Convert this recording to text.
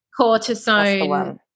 cortisone